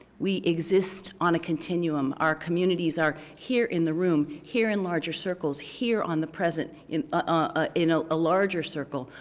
we exist on a continuum. our communities are here in the room, here in larger circles, here on the present in ah a ah larger circle,